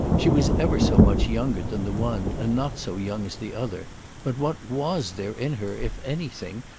she was ever so much younger than the one and not so young as the other but what was there in her, if anything,